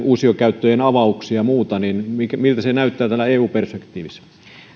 uusiokäyttöjen avauksia ja muuta eli miltä se näyttää eu perspektiivissä